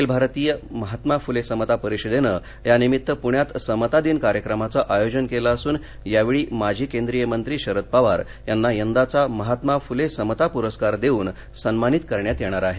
अखिल भारतीय महात्मा फुले समता परिषदेनं यानिमित्त पूण्यात समता दिन कार्यक्रमाचं आयोजन केलं असून यावेळी माजी केंद्रिय मंत्री शरद पवार यांना यंदाचा महात्मा फुले समता पुरस्कार देऊन सन्मानित करण्यात येणार आहे